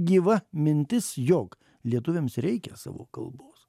gyva mintis jog lietuviams reikia savo kalbos